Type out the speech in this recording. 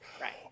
Right